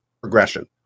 progression